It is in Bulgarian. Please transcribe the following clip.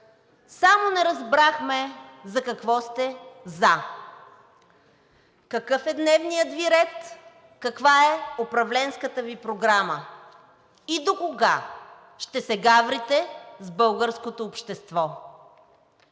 Само не разбрахме за какво сте за, какъв е дневният Ви ред, каква е управленската Ви програма и докога ще се гаврите с българското общество.